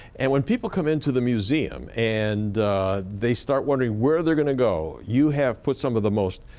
and when people come into the museum and they start wondering where they're going to go, you have put some of the most